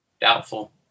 Doubtful